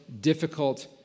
difficult